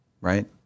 Right